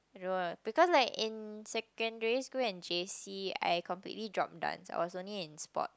I don't know ah because like in secondary school and j_c I completely drop dance I was only in sport